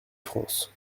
france